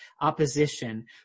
opposition